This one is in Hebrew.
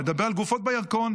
הוא מדבר על גופות בירקון,